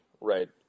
right